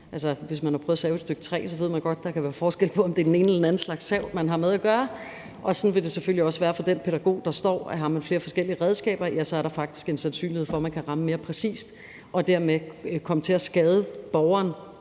hvis man har prøvet at save i et stykke træ, ved man godt, at der kan være forskel på, om det er den ene eller den anden slags sav, man har med at gøre. Og sådan vil det selvfølgelig også være for den pædagog, der står med flere forskellige redskaber – så er der faktisk en sandsynlighed for, at man kan ramme mere præcist og dermed komme til at skade borgeren